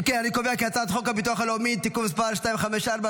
אם כן אני קובע כי הצעת חוק הביטוח הלאומי (תיקון מס' 254),